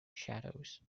shadows